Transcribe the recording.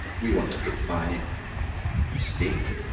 we want to group by state,